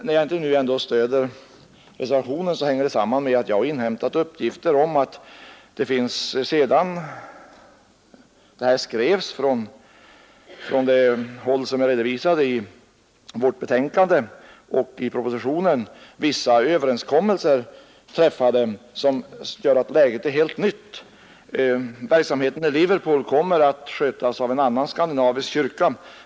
När jag nu ändå inte stöder reservationen, hänger det samman med att jag har inhämtat uppgifter om att det, sedan de i betänkandet redovisade framställningarna skrevs, har träffats vissa överenskommelser som gör att läget är helt nytt. Verksamheten i Liverpool kommer att skötas av en annan skandinavisk kyrka.